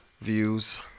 Views